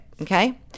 okay